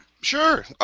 Sure